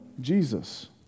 Jesus